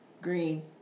Green